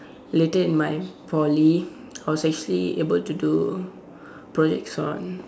later in my Poly I was actually able to do projects on